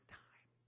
time